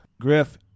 Griff